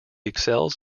excels